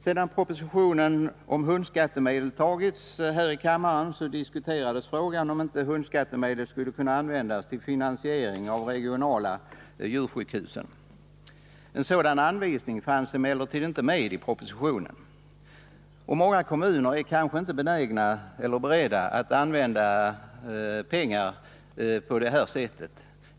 Sedan propositionen om hundskattemedel antagits här i kammaren diskuterades frågan om inte hundskattemedel skulle kunna användas till finansiering av de regionala djursjukhusen. En sådan anvisning fanns emellertid inte i propositionen. Många kommuner är kanske inte beredda att använda pengarna på sådant sätt.